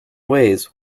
ways